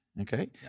okay